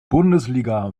bundesliga